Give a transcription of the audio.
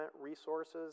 resources